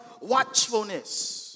watchfulness